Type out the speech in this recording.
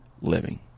living